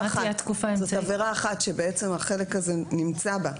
זאת עבירה אחת שבעצם החלק הזה נמצא בא.